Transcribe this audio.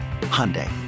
Hyundai